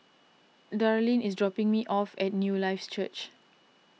Darleen is dropping me off at Newlife Church